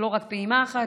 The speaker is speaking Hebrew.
לא רק פעימה אחת.